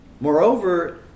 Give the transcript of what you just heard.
Moreover